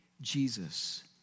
Jesus